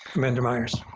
commander myers. oh,